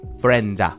friends